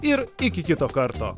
ir iki kito karto